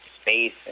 space